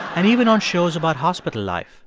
and even on shows about hospital life,